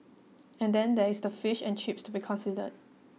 and then there's the fish and chips to be considered